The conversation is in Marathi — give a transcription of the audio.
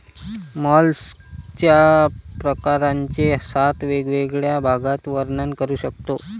मॉलस्कच्या प्रकारांचे सात वेगवेगळ्या भागात वर्णन करू शकतो